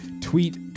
tweet